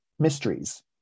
Mysteries